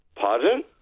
pardon